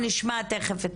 אנחנו נשמע תכף את